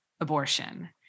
abortion